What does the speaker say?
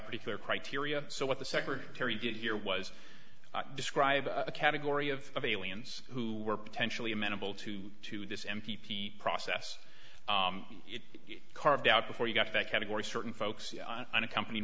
particular criteria so what the secretary did here was describe a category of aliens who were potentially amenable to to this m p p process carved out before you got that category certain folks unaccompanied